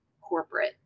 corporate